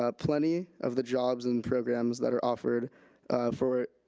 ah plenty of the jobs and programs that are offered for,